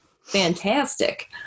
fantastic